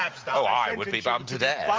oh, i would be bummed to death!